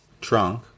Trunk